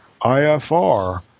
IFR